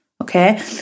okay